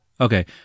Okay